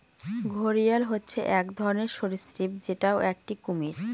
ঘড়িয়াল হচ্ছে এক ধরনের সরীসৃপ যেটা একটি কুমির